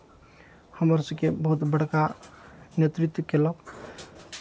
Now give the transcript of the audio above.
हमर सभके बहुत बड़का नेतृत्व कयलक